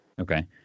Okay